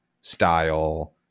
style